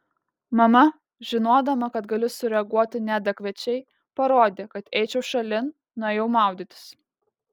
mama žinodama kad galiu sureaguoti neadekvačiai parodė kad eičiau šalin nuėjau maudytis